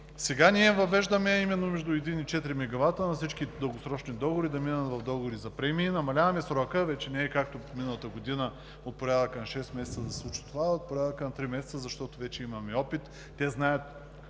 Сега ние въвеждаме между един и четири мегавата всички дългосрочни договори да минат в договори за премии. Намаляваме срока – вече не е както миналата година от порядъка на шест месеца да се случи, а от порядъка на три месеца, защото имаме опит. Те знаят,